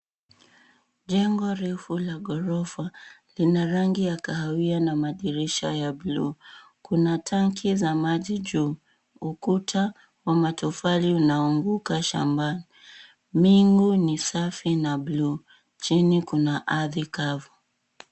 Jengo refu la ghorofa lina rangi ya kahawia na madirisha ya buluu. Kuna tanki za maji juu, ukuta wa matofauli unaanguka shambani. Mbingi ni safi na buluu. Chini kuna ardhi kavu.